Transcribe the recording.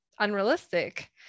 unrealistic